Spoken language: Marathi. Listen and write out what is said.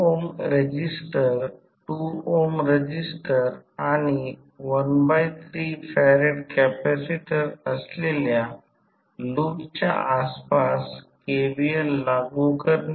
1Ω रेझिस्टर 2Ω रेझिस्टर आणि 13F कॅपेसिटर असलेल्या लूपच्या आसपास KVL लागू करणे